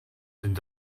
teď